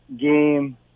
game